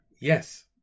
Yes